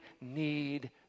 need